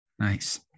Nice